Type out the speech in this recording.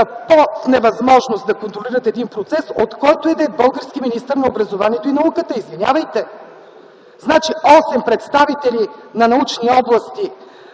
по в невъзможност да контролират един процес от който и да е български министър на образованието и науката. Извинявайте! Значи 8 представители на научни области,